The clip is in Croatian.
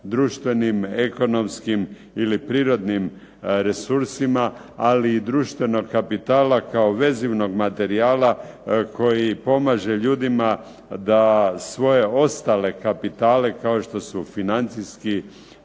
društvenim, ekonomskim ili prirodnim resursima, ali i društvenog kapitala kao vezivnog materijala koji pomaže ljudima da svoje ostale kapitale, kao što su financijski,